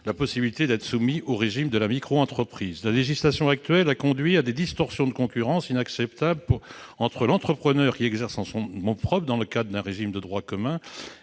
la possibilité d'être soumis au régime de la micro-entreprise. En effet, la législation actuelle a conduit à des distorsions inacceptables de concurrence entre l'entrepreneur qui exerce en nom propre, dans le cadre d'un régime de droit commun,